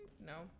No